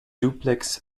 duplex